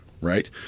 right